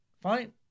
Fine